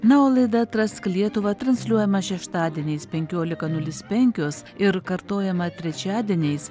na o laida atrask lietuvą transliuojama šeštadieniais penkioliką nulis penkios ir kartojama trečiadieniais